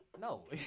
No